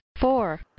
four